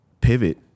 pivot